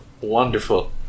Wonderful